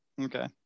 Okay